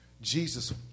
Jesus